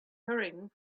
hurrying